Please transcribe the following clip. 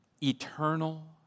eternal